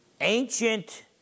Ancient